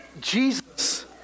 Jesus